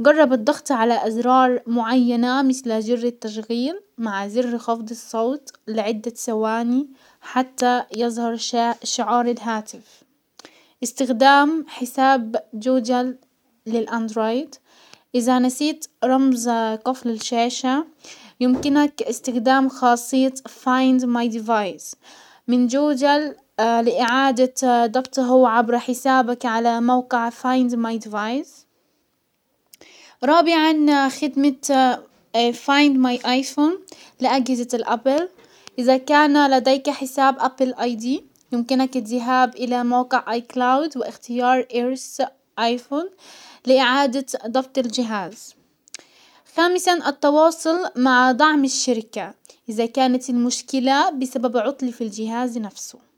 جرب الضغط على ازرار معينة مسل زر التشغيل مع زر خفض الصوت لعدة سواني حتى يزهر ش-شعار الهاتف. استخدام حساب جوجل للاندرويد، ازا نسيت رمز قفل الشاشة يمكنك استخدام خاصية فاينز ماي ديفايز من جوجل لاعادة ضبطه عبر حسابك على موقع فاينز ماي ديفايز. رابعا خدمة فايند ماي ايفون لاجهزة الابل ازا كان لديك حساب ابل اي دي يمكنك الذهاب الى موقع اي كلاود واختيارايرس ايفون لاعادة ضبط الجهاز. خامسا التواصل مع دعم الشركة ازا كانت المشكلة بسبب عطل في الجهاز نفسه.